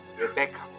Rebecca